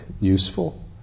useful